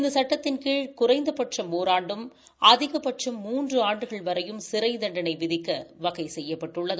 இந்த சட்டத்தின் கீழ் குறைந்தபட்சம் ஓராண்டும் அதிகபட்சமாக மூன்று ஆண்டுகள் வரை சிறை தண்டனை விதிக்க வகை செய்யப்பட்டுள்ளது